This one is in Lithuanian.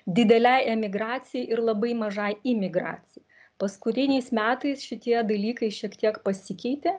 didelei emigracijai ir labai mažai imigracijai paskutiniais metais šitie dalykai šiek tiek pasikeitė